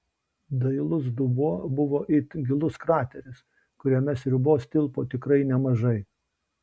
dailus dubuo buvo it gilus krateris kuriame sriubos tilpo tikrai nemažai